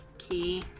key